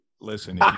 listen